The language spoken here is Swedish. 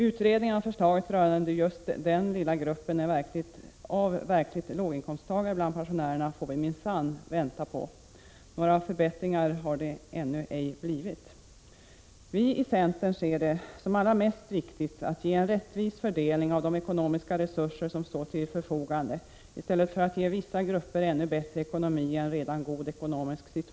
Utredningen och förslaget rörande just den lilla gruppen av verkliga låginkomsttagare bland pensionärerna får vi minsann vänta på. Några förbättringar har det ännu ej blivit. Vi i centern anser det viktigaste vara att rättvist fördela de ekonomiska resurser som står till förfogande i stället för att ge vissa grupper med god ekonomi en ännu bättre ekonomi.